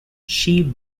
she